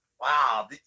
Wow